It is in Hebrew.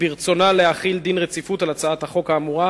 ברצונה להחיל דין רציפות על הצעת החוק האמורה,